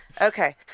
Okay